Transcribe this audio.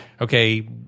okay